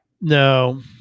No